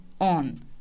on